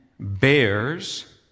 Bears